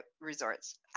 resorts